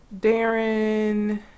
Darren